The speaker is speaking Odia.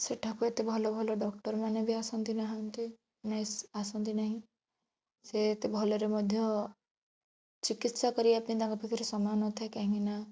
ସେଠାକୁ ଏତେ ଭଲ ଭଲ ଡ଼କ୍ଟର୍ ମାନେ ବି ଆସନ୍ତି ନାହାନ୍ତି ଆସନ୍ତି ନାହିଁ ସେ ଏତେ ଭଲରେ ମଧ୍ୟ ଚିକିତ୍ସା କରିବାପାଇଁ ତାଙ୍କ ପାଖରେ ସମୟ ନଥାଏ କାହିଁକି ନା